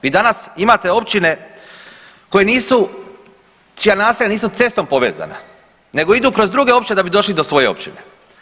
Vi danas imate općine koje nisu, čija naselja nisu cestom povezana nego idu kroz druge općine da bi došli do svoje općine.